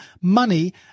money